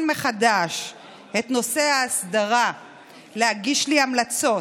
מחדש את נושא ההסדרה ולהגיש לי המלצות